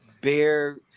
Bear